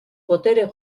botere